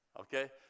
okay